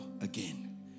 again